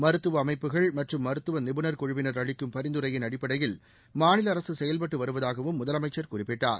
மருத்துவ அமைப்புகள் மற்றும் மருத்துவ நிபுணர் குழுவினர் அளிக்கும் பரிந்துரையின் அடிப்படையில் மாநில அரசு செயல்பட்டு வருவதாகவும் முதலமைச்சா் குறிப்பிட்டார்